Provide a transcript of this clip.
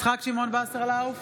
יצחק שמעון וסרלאוף,